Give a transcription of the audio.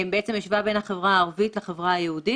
בעצם השווה בין החברה הערבית לחברה היהודית